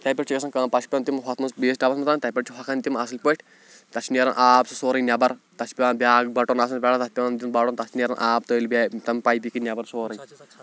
تَتہِ پٮ۪ٹھ چھِ گژھان کٲم پَتہٕ چھِ پٮ۪وان تِم ہُتھ منٛز بیٚیِس ڈبَس منٛز تَتہِ پٮ۪ٹھ چھِ ہۄکھان تِم اَصٕل پٲٹھۍ تَتھ چھِ نیران آب سُہ سورُے نٮ۪بَر تَتھ چھِ پٮ۪وان بیٛاکھ بَٹُن آسان پٮ۪ٹھٕ تَتھ پٮ۪وان دیُٚن بَٹُن تَتھ نیران آب تٔلۍ بے تَمہِ پایپہِ کِنۍ نٮ۪بَر سورُے